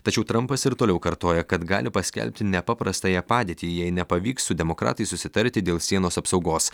tačiau trampas ir toliau kartoja kad gali paskelbti nepaprastąją padėtį jei nepavyks su demokratais susitarti dėl sienos apsaugos